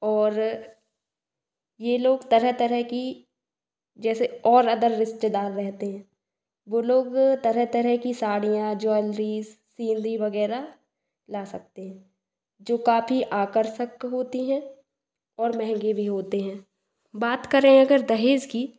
और ये लोग तरह तरह की जैसे और अदर रिश्तेदार रहते हैं वो लोग तरह तरह की साड़ियाँ ज्वेलरिस सीनरी वगैरह ला सकती हैं जो काफी आकर्षक होती है और महंगे भी होते हैं बात करें अगर दहेज की